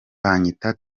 banyita